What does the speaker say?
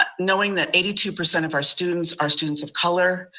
but knowing that eighty two percent of our students are students of color.